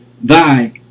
thy